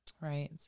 right